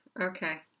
Okay